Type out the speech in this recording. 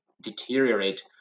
deteriorate